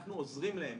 ואנחנו עוזרים להם.